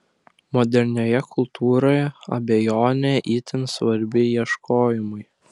modernioje kultūroje abejonė itin svarbi ieškojimui